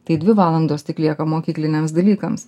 tai dvi valandos tik lieka mokykliniams dalykams